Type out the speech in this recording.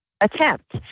attempt